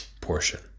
portion